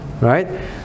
Right